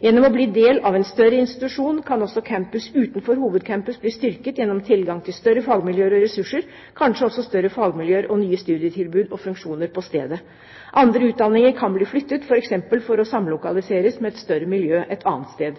Gjennom å bli del av en større institusjon kan også campus utenfor hovedcampus bli styrket gjennom tilgang til større fagmiljøer og ressurser, kanskje også større fagmiljøer og nye studietilbud og funksjoner på stedet. Andre utdanninger kan bli flyttet, f.eks. for å samlokaliseres med et større miljø et annet sted.